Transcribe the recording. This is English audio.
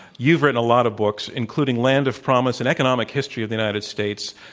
you've written a lot of books, including land of promise an economic history of the united states.